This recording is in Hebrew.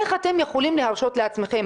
איך אתם יכולים להרשות לעצמכם?